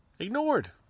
Ignored